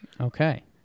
Okay